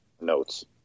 notes